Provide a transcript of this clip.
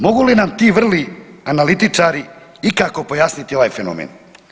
Mogu li nam ti vrlo analitičari ikako pojasniti ovaj fenomen?